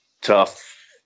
tough